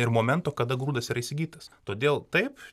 ir momento kada grūdas yra įsigytas todėl taip